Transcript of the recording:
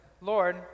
Lord